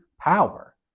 power